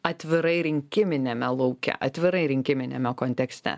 atvirai rinkiminiame lauke atvirai rinkiminiame kontekste